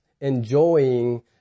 enjoying